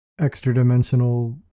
extra-dimensional